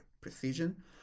precision